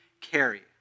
carry